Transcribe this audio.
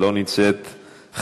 לא נמצאת,